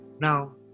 now